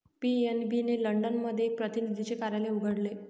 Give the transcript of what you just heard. PNB ने London मध्ये एक प्रतिनिधीचे कार्यालय उघडले